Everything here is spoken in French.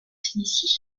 tennessee